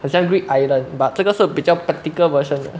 好像 greed island but 这个是比较 practical version 的